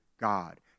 God